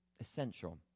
essential